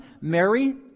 Mary